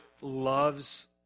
loves